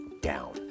down